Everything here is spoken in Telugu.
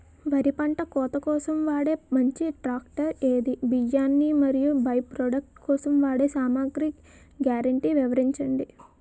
వరి పంట కోత కోసం వాడే మంచి ట్రాక్టర్ ఏది? బియ్యాన్ని మరియు బై ప్రొడక్ట్ కోసం వాడే సామాగ్రి గ్యారంటీ వివరించండి?